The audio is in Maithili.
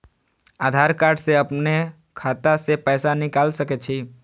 आधार कार्ड से अपनो खाता से पैसा निकाल सके छी?